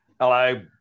Hello